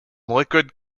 liquid